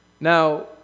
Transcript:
Now